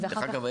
דרך אגב,